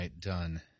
done